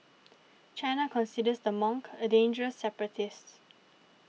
China considers the monk a dangerous separatist